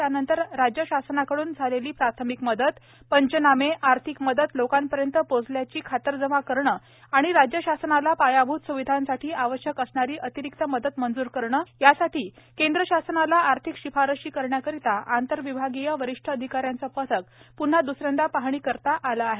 त्यानंतर राज्य शासनाकडून झालेली प्राथमिक मदत पंचनामे आर्थिक मदत लोकांपर्यंत पोहचल्याची खातरजमा करणे आणि राज्य शासनाला पायाभूत स्विधांसाठी आवश्यक असणारी अतिरिक्त मदत मंजूर करणे यासाठी केंद्र शासनाला आर्थिक शिफारसी करण्याकरिता आंतरविभागीय वरिष्ठ अधिकाऱ्यांचे पथक प्न्हा द्सऱ्यांदा पाहणीकरिता आले आहे